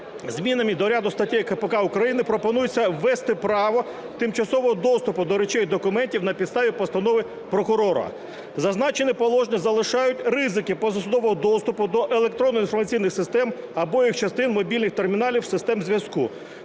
змінами до ряду статей КПК України пропонується ввести право тимчасового доступу до речей і документів на підставі постанови прокурора. Зазначені положення залишають ризики позасудового доступу до електронних інформаційних систем або їх частин, мобільних терміналів, систем зв'язку.